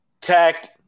Tech